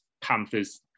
Panthers